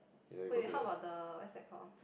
wait how about the what's that called